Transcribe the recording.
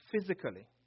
physically